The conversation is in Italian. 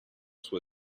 sua